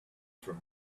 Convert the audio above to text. from